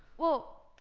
well,